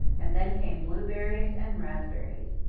and then came blueberries and raspberries.